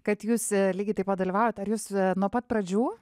kad jūs lygiai taip pat dalyvaujat ar jūs nuo pat pradžių